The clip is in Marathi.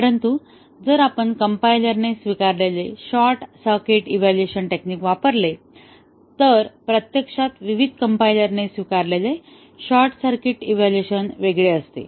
परंतु जर आपण कम्पायलरने स्वीकारलेले शॉर्ट सर्किट इव्हॅल्युएशन टेक्निक वापरले तर प्रत्यक्षात विविध कम्पायलरने स्वीकारलेले शॉर्ट सर्किट इव्हॅल्युएशन वेगळे असेल